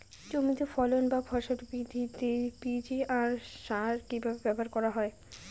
জমিতে ফসল বা ফলন বৃদ্ধিতে পি.জি.আর সার কীভাবে ব্যবহার করা হয়?